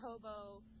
hobo